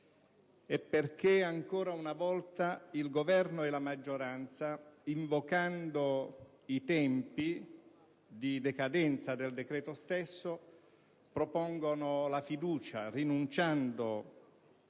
e perché, ancora una volta, il Governo e la maggioranza, invocando i tempi di decadenza del decreto stesso, pongono la fiducia, rinunciando